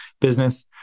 business